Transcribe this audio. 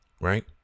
right